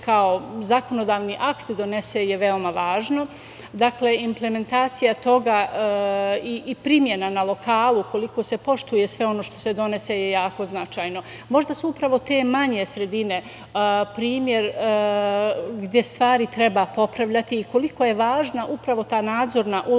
kao zakonodavni akt donese je veoma važno. Dakle, implementacija toga i primena na lokalu ukoliko se poštuje sve ono što se donese je jako značajno. Možda su upravo te manje sredine primer gde stvari treba popravljati i koliko je važna upravo ta nadzorna uloga